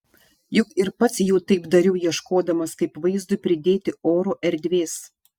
juk ir pats jau taip dariau ieškodamas kaip vaizdui pridėti oro erdvės